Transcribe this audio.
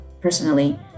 personally